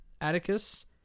Atticus